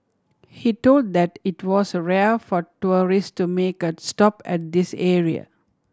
he told that it was rare for tourist to make a stop at this area